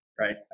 right